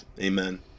Amen